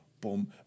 boom